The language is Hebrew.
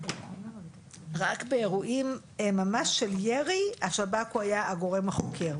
רק באירועים ממש של ירי השב"כ היה הגורם החוקר.